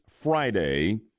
Friday